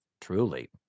truly